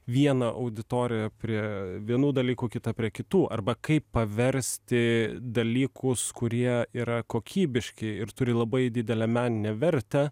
vieną auditoriją prie vienų dalykų kitą prie kitų arba kaip paversti dalykus kurie yra kokybiški ir turi labai didelę meninę vertę